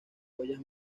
joyas